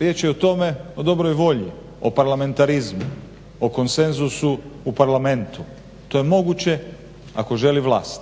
Riječ je o tome, o dobroj volji, o parlamentarizmu, o konsenzusu u Parlamentu. To je moguće ako želi vlast,